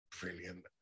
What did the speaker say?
Brilliant